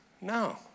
No